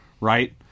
Right